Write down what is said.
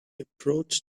approached